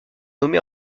nommée